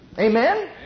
Amen